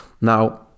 now